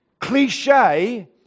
cliche